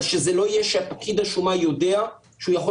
אבל שזה לא יהיה שפקיד השומה יודע שהוא יכול